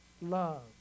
love